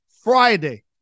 Friday